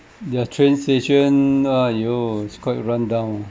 their train station !aiyo! it's quite rundown ah